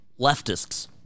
leftists